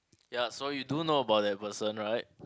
ya so you do know about that person right